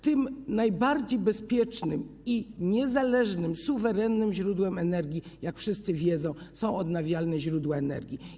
Tym najbardziej bezpiecznym i niezależnym, suwerennym źródłem energii, jak wszyscy wiedzą, są odnawialne źródła energii.